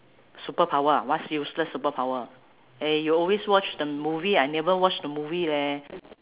superpower ah what's useless superpower eh you always watch the movie I never watch the movie leh